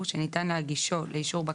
להתייחס לנקודה.